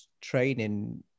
training